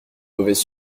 mauvaise